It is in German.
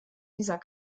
dieser